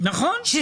החינוך, אם זה